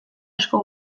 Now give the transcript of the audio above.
asko